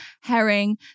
herring